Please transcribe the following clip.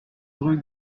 rue